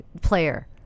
Player